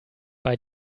bei